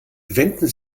wenden